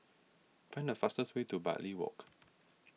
find the fastest way to Bartley Walk